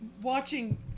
watching